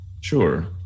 Sure